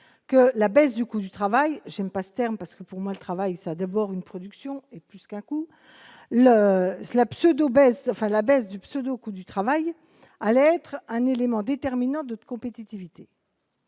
que la baisse du coût du travail, j'aime pas ce terme parce que pour moi, je travaille ça dévore une production est plus qu'un coup là cela pseudo baisse enfin la baisse du pseudo, coût du travail allait être un élément déterminant de compétitivité.